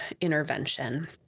intervention